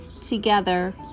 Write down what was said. together